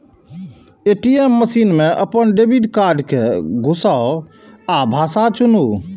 ATM machine मे अपन debit card कें घुसाउ आ भाषा चुनू